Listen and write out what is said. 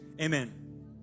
Amen